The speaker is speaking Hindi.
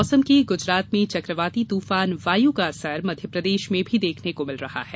मौसम गुजरात में चकवाती तूफान वायु का असर मध्यप्रदेश में भी देखने को मिल रहा है